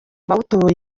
batuye